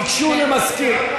תיגשו למזכיר,